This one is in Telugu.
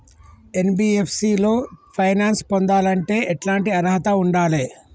ఎన్.బి.ఎఫ్.సి లో ఫైనాన్స్ పొందాలంటే ఎట్లాంటి అర్హత ఉండాలే?